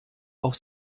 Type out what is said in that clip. auf